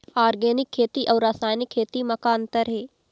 Organic खेती अउ रासायनिक खेती म का अंतर हे?